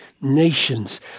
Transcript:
nations